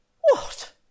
What